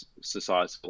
societal